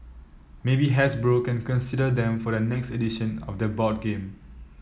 maybe Hasbro can consider them for their next edition of their board game